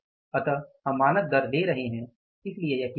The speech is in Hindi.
इसलिए हम मानक दर ले रहे हैं इसलिए यह कितना है